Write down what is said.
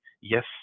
yes